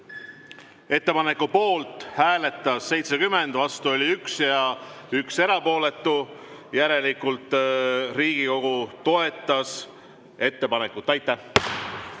Ettepaneku poolt hääletas 70, vastu oli 1 ja 1 oli erapooletu, järelikult Riigikogu toetas ettepanekut.